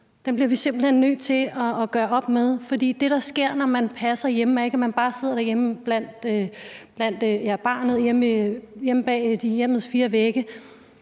hen nødt til at gøre op med. For det, der sker, når man passer hjemme, er ikke, at man bare sidder derhjemme inden for hjemmets fire vægge